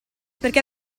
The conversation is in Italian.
perché